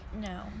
No